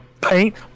paint